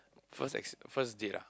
first ex first date lah